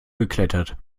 geklettert